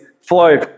flow